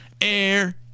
air